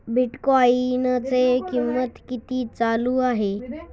बिटकॉइनचे कीमत किती चालू आहे